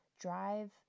drive